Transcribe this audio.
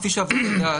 כפי שאת יודעת,